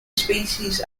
species